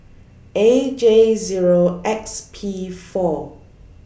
A J Zero X P four